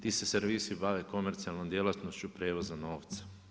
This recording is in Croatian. Ti se servisi bave komercijalnom djelatnošću prijevozom novca.